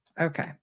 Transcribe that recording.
okay